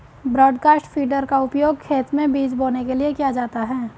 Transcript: broadcast feeder का उपयोग खेत में बीज बोने के लिए किया जाता है